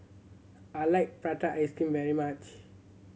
I like prata ice cream very much